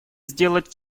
сделать